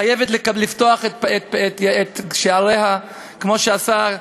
חייבת לפתוח את שעריה כמו שעשה,